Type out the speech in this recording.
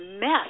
mess